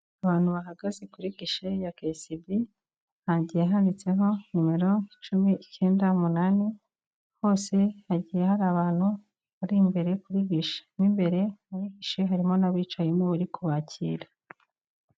Abantu bahagaze kuri gishe ya KCB, hagiye handitseho nimero icumi, icyenda, umunani, hose hagiye hari abantu bari imbere kuri gishe. Mo imbere muri gishe harimo n'abicayemo bari kubakira.